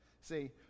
See